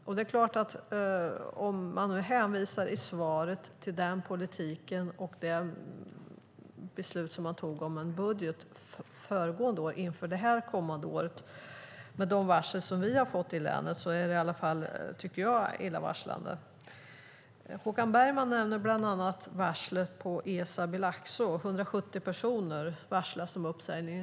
Om man i svaret hänvisar till den politik och det beslut som man tog om en budget för föregående år, inför det här kommande året, med de varsel som vi har fått i länet, tycker jag att det är illavarslande. Håkan Bergman nämner bland annat varslet på ESAB i Laxå. Det är 170 personer som varslas om uppsägning.